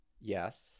Yes